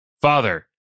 Father